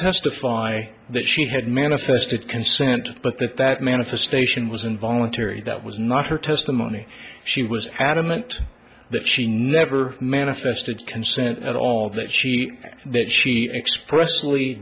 testify that she had manifested consent but that that manifestation was involuntary that was not her testimony she was adamant that she never manifested consent at all that she that she express